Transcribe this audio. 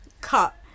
cut